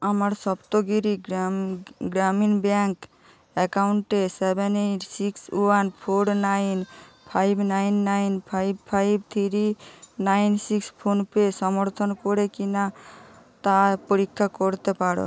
আমার সপ্তগিরি গ্রাম গ্রামীণ ব্যাঙ্ক অ্যাকাউন্টে seven eight six one four nine five nine nine five five three nine six PhonePe সমর্থন করে কি না তা পরীক্ষা করতে পারো